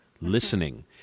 listening